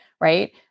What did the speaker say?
right